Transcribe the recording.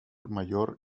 mayor